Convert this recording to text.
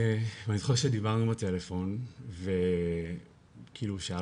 אני זוכר שדיברנו בטלפון וכאילו הוא שאל